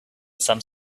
some